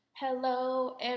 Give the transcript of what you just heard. Hello